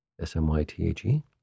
S-M-Y-T-H-E